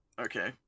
Okay